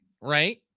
right